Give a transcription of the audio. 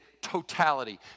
totality